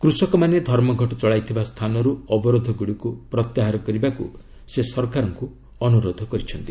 କୃଷକମାନେ ଧର୍ମଘଟ ଚଳାଇଥିବା ସ୍ଥାନରୁ ଅବରୋଧ ଗୁଡ଼ିକୁ ପ୍ରତ୍ୟାହାର କରିବାକୁ ସେ ସରକାରଙ୍କୁ ଅନୁରୋଧ କରିଛନ୍ତି